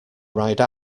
ride